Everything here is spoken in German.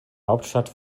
hauptstadt